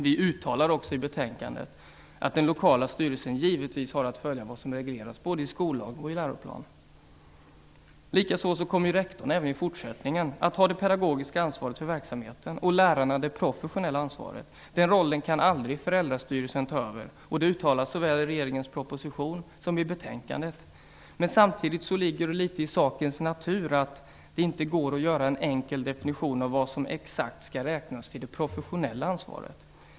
Vi uttalar också i betänkandet att den lokala styrelsen givetvis har att följa vad som regleras både i skollag och i läroplan. Likaså kommer rektorn även i fortsättningen att ha det pedagogiska ansvaret för verksamheten och lärarna det professionella ansvaret. Den rollen kan aldrig föräldrastyrelsen ta över. Det uttalas såväl i regeringens proposition som i betänkandet. Samtidigt ligger det litet i sakens natur att det inte går att göra en enkel definition av exakt vad som skall räknas till det professionella ansvaret.